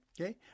okay